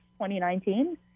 2019